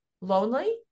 lonely